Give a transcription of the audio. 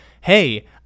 hey